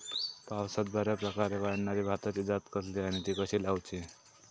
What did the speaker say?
पावसात बऱ्याप्रकारे वाढणारी भाताची जात कसली आणि ती कशी लाऊची?